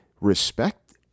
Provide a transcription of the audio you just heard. Respect